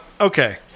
Okay